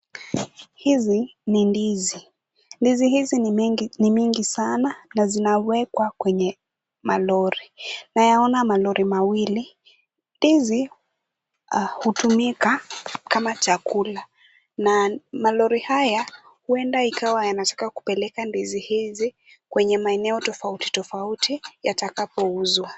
Hizi ni ndizi .Ndizi hizi ni mingi sana na zinawekwa kwenye malori. Nayaona malori mawili. Ndizi hutumika kama chakula na malori haya huenda ikawa yanataka kupeleka ndizi hizi kwenye maeneo tofauti tofauti yatakapouzwa.